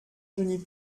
genis